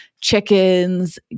chickens